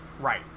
Right